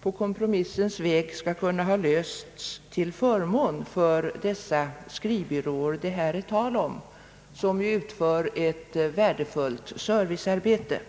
kommer att innebära att man på kompromissens väg skall ha löst saken till förmån för de skrivbyråer som det här är tal om och som ju utför ett värdefullt servicearbete.